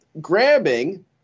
grabbing